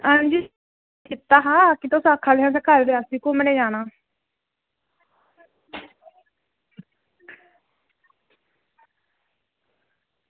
आं जी तुसें फोन कीता हा की तुसें कटड़ा रियासी घुम्मन जाना